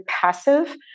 passive